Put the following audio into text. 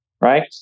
right